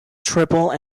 triple